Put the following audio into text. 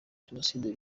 jenoside